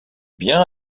bien